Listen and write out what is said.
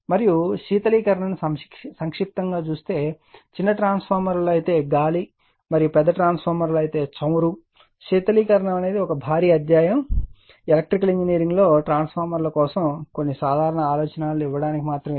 మరియు శీతలీకరణ సంక్షిప్తంగా చిన్న ట్రాన్స్ఫార్మర్లలో గాలి మరియు పెద్ద ట్రాన్స్ఫార్మర్లలో చమురు శీతలీకరణ అనేది ఒక భారీ అధ్యాయం ఎలక్ట్రికల్ ఇంజనీరింగ్లో ట్రాన్స్ఫార్మర్ల కోసం కొన్ని సాధారణ ఆలోచనలను ఇవ్వడానికి మాత్రమే ఇది